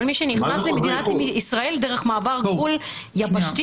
כל מי שנכנס למדינת ישראל דרך מעבר גבול יבשתי,